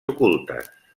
ocultes